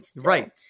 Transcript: Right